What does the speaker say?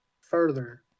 further